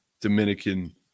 Dominican